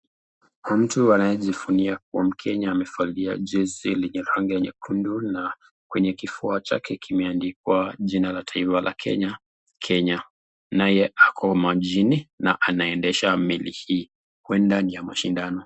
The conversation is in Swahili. Kuna mtu anayejivunia kuwa mkenya amevalia jezi lenye rangi nyekundu na kwenye kifua chake kimeandikia jina la taifa la Kenya. Naye ako majini na anaendesha meli hii huenda ni ya mashindano.